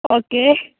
okay